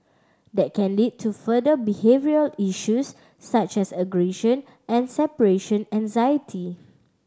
that can lead to further behavioural issues such as aggression and separation anxiety